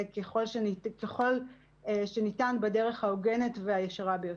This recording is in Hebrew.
ככל שניתן בדרך ההוגנת והישרה ביותר.